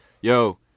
Yo